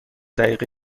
دقیقه